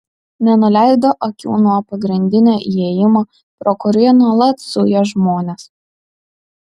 nenuleido akių nuo pagrindinio įėjimo pro kurį nuolat zujo žmonės